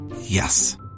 Yes